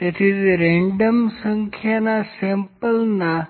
તેથી તે રેન્ડમ સંખ્યાના સેમ્પલના